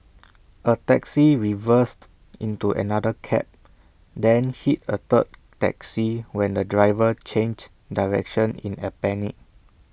A taxi reversed into another cab then hit A third taxi when the driver changed direction in A panic